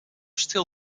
stil